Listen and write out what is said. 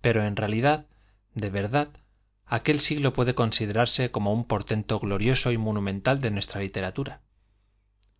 perb en realidad de verdad aquel siglo puede considerarse como un portento glorioso y monumental de nuestra literatura